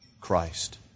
Christ